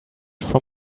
from